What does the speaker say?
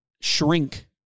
shrink